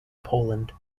poland